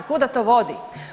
Kuda to vodi?